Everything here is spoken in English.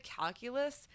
calculus